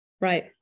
Right